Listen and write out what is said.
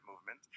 movement